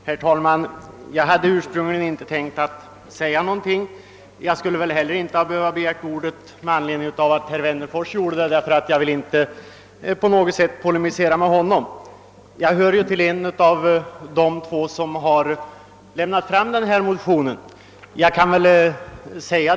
Herr talman! Jag hade ursprungligen inte tänkt säga någonting i detta ärende. Jag har heller inte ansett mig behöva begära ordet med anledning av att herr Wennerfors gjort det, eftersom jag inte på något sätt vill polemisera mot honom. Jag är en av motionärerna i denna fråga.